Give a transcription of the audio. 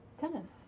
tennis